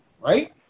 right